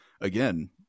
again